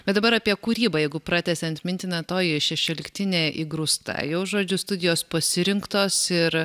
bet dabar apie kūrybą jėgų pratęsiant mintį na toji šešioliktinė įgrūsta jau žodžiu studijos pasirinktos ir